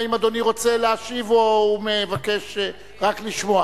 האם אדוני רוצה להשיב או מבקש רק לשמוע?